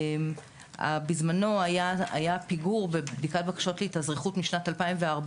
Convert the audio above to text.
בזמנו היה פיגור בבדיקת בקשות להתאזרחות משנת 2014,